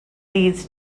leads